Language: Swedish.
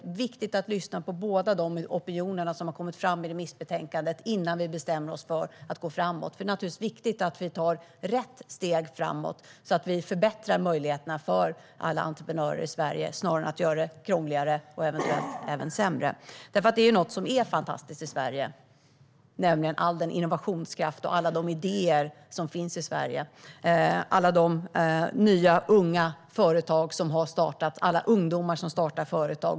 Det är viktigt att vi lyssnar på båda de opinioner som har kommit fram i remissbetänkandet innan vi bestämmer oss för att gå framåt, för det är viktigt att vi tar rätt steg framåt så att vi förbättrar möjligheterna för alla entreprenörer i Sverige och inte gör det krångligare och därmed sämre. Något som är fantastiskt i Sverige är nämligen all den innovationskraft och alla de idéer som finns här, alla de nya unga företag som har startats och alla de ungdomar som startar företag.